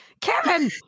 kevin